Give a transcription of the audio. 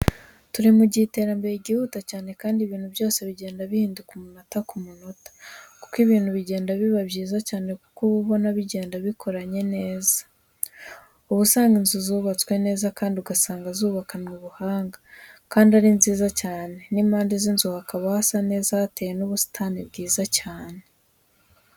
Turi mu gihe iterambere ryihuta cyane kandi ibintu byose bigenda bihinduka umunota ku munota kuko ibintu bigenda biba byiza cyane kuko uba ubona bigenda bikoranye neza. Uba usanga inzu zubatswe neza kandi ugasanga zubakanwe ubuhanga kandi ari nziza cyane, n'impande z'inzu hakaba hasa neza hateye n'ubusitani bwiza cyane.